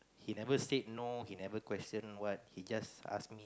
he never said no he never question what he just ask me